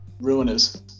Ruiners